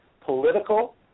political